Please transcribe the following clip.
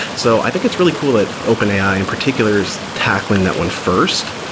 so i think it's really cool that open ai in particular is tackling that one first,